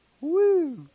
Woo